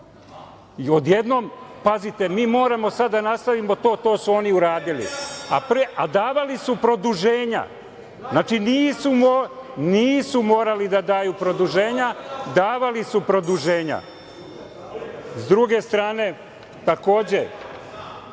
i odjednom, pazite, mi moramo da nastavimo to, to su oni uradili, a davali su produženja. Znači, nisu morali da daju produženja, davali su produženja. Sa druge strane, takođe,